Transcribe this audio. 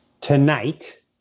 tonight